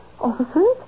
officers